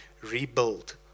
Rebuild